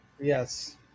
Yes